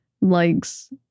likes